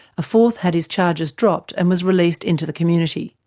a fourth had his charges dropped and was released into the community.